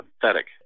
pathetic